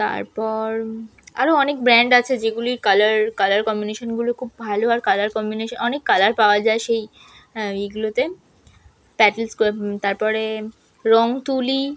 তারপর আরও অনেক ব্র্যান্ড আছে যেগুলির কালার কালার কম্বিনেশনগুলো খুব ভালো আর কালার কম্বিনেশ অনেক কালার পাওয়া যায় সেই এগুলোতে প্যাটেলকো তারপরে রং তুলি